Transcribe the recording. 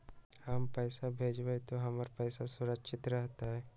हम पैसा भेजबई तो हमर पैसा सुरक्षित रहतई?